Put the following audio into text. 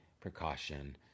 precaution